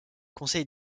conseil